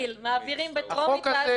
מעבירים בטרומית ואז תוקעים.